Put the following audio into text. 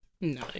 No